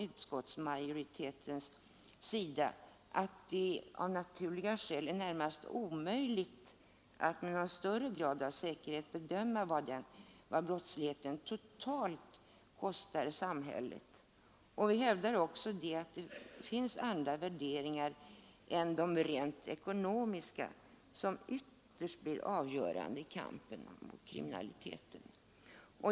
Utskottsmajoriteten anser dock att det — av naturliga skäl — är närmast omöjligt att med någon högre grad av säkerhet bedöma vad brottsligheten totalt kostar samhället. Vi hävdar också att det är andra värderingar än de rent ekonomiska som ytterst måste bli avgörande i kampen mot kriminaliteten.